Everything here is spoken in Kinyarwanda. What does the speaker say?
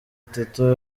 itatu